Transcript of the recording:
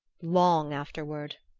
long afterward!